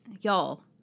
y'all